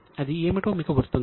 అది ఏమిటో మీకు గుర్తుందా